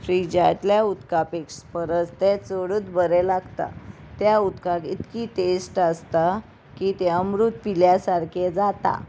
फ्रिजांतल्या उदका पेक्ष परस ते चडूत बरें लागता त्या उदकाक इतकी टेस्ट आसता की तें अमृत पिल्या सारके जाता